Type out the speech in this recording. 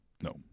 No